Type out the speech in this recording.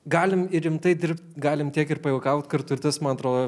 galim ir rimtai dirbt galim tiek ir pajuokaut kartu ir tas man atrodo